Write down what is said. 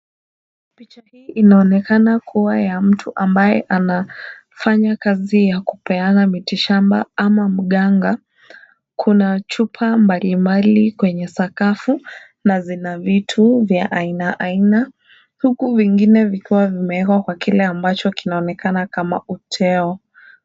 Picha hii inaonekana kuwa ya mtu ambaye anafanya kazi ya kupeana mitishamba ama mganga. Kuna chupa mbalimbali kwenye sakafu, na zina vitu vya aina aina, huku vingine vikiwa vimewekwa kwa kile ambacho kinaonekana kama uteo.